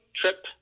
trip